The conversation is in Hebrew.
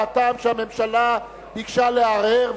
מהטעם שהממשלה ביקשה לערער,